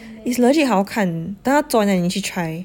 it's legit 好看等它做完 liao 你去 try